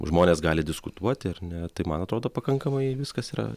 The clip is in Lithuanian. žmonės gali diskutuoti ar ne tai man atrodo pakankamai viskas yra